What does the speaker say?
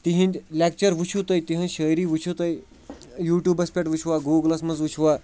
تِہِنٛدۍ لیکچَر وٕچھِو تُہۍ تِہِنٛز شٲعری وٕچھِو تُہۍ یوٗٹوٗبَس پٮ۪ٹھ وٕچھوا گوٗگلَس منٛز وٕچھوا